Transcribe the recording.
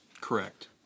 Correct